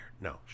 No